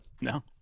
no